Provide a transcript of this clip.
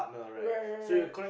right right right